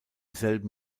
selben